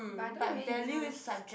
but I don't really use